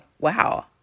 wow